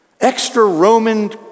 Extra-Roman